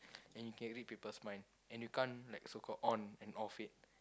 and you can read people's mind and you can't like so called on and off it